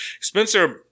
Spencer